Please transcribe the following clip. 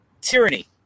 Tyranny